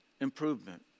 improvement